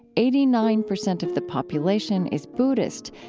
eighty-nine percent of the population is buddhist.